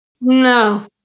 No